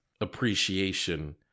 appreciation